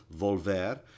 Volver